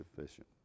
sufficient